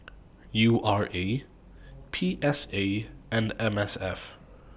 U R A P S A and M S F